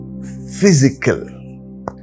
physical